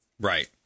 Right